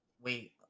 wait